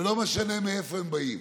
ולא משנה מאיפה הם באים.